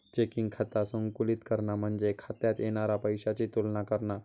checking खाता संतुलित करणा म्हणजे खात्यात येणारा पैशाची तुलना करणा